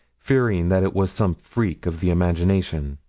fearing that it was some freak of the imagination.